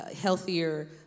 healthier